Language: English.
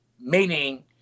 meaning